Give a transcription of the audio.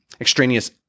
extraneous